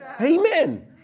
Amen